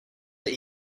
that